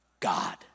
God